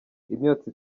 imyotsi